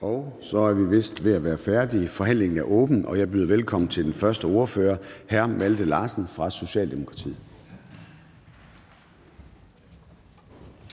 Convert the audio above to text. Så er vi vist ved at være færdige. Forhandlingen er åbnet. Jeg byder velkommen til den første ordfører, hr. Malte Larsen fra Socialdemokratiet.